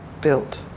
built